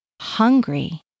hungry